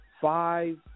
five